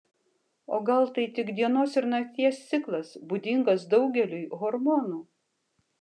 o gal tai tik dienos ir nakties ciklas būdingas daugeliui hormonų